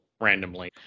randomly